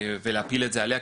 בלהפיל את זה עליה,